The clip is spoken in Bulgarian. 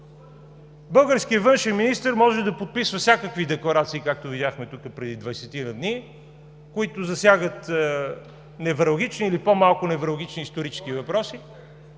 Българският външен министър може да подписва всякакви декларации, както видяхме преди 20-ина дни, които засягат невралгични или по-малко невралгични исторически въпроси…